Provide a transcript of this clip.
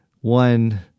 one